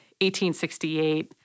1868 –